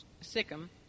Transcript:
Sikkim